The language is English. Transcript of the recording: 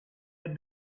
had